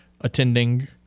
attending